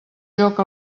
joc